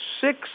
six